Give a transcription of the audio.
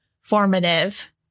formative